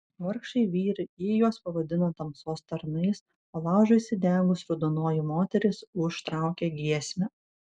vargšai vyrai ji juos pavadino tamsos tarnais o laužui įsidegus raudonoji moteris užtraukė giesmę